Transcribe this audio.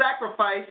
sacrifice